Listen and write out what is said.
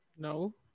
No